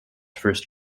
first